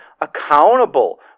accountable